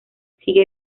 sigue